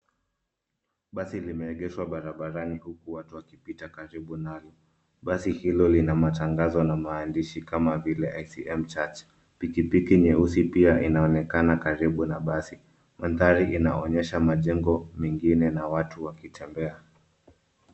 Basi lime egeshwa barabarani huku watu wakipita karibu nalo. Basi hilo lina matangazo na maandishi kama vile ICM church Piki piki nyeusi pia inaonekana karibu na basi mandhari inaonyesha majengo na watu wakitembea.